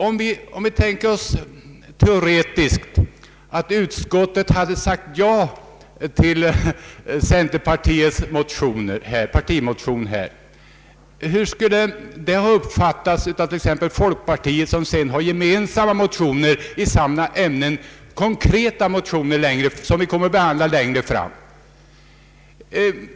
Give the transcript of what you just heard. Om vi tänker oss att utskottet sagt ja till centerpartiets partimotion, hur skulle det då uppfattats av folkpartiet, som har motioner gemensamma med centerpartiet i konkreta ämnen som vi kommer att behandla längre fram?